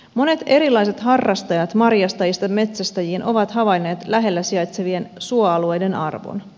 monet erilaiset harrastajat marjastajista metsästäjiin ovat havainneet lähellä sijaitsevien suoalueiden arvon